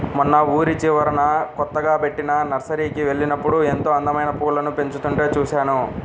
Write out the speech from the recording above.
మొన్న ఊరి చివరన కొత్తగా బెట్టిన నర్సరీకి వెళ్ళినప్పుడు ఎంతో అందమైన పూలను పెంచుతుంటే చూశాను